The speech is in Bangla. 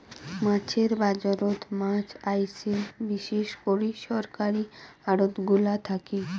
মাছের বাজারত মাছ আইসে বিশেষ করি সরকারী আড়তগুলা থাকি